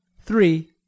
Three